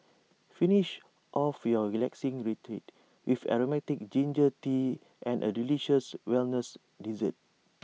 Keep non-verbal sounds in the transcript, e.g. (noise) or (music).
finish off your relaxing retreat with Aromatic Ginger Tea and A delicious wellness dessert (noise)